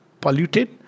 polluted